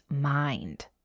mind